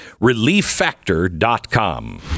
Relieffactor.com